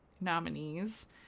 nominees